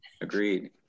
Agreed